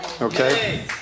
Okay